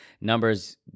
Numbers